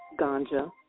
ganja